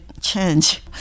change